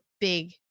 big